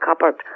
cupboard